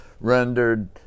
rendered